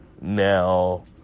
Now